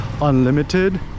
unlimited